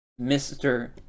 Mr